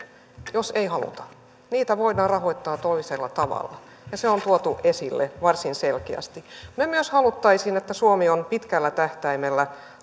jos ei haluta ne voidaan rahoittaa toisella tavalla ja se on tuotu esille varsin selkeästi me myös haluaisimme että suomi on pitkällä tähtäimellä